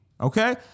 Okay